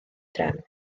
drefn